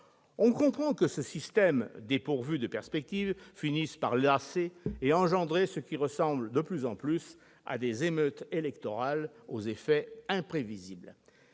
On comprend que ce système, dépourvu de perspectives, finisse par lasser et engendrer ce qui ressemble de plus en plus à des « émeutes électorales » aux effets imprévisibles.